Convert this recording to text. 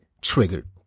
triggered